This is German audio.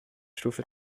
stufe